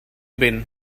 been